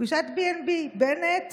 פגישת B&B, בנט